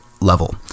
Level